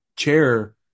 chair